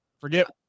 forget